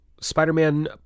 Spider-Man